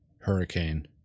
hurricane